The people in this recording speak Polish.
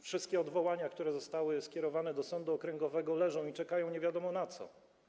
Wszystkie odwołania, które zostały skierowane do sądu okręgowego, leżą i czekają nie wiadomo na co.